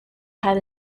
had